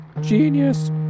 genius